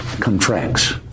contracts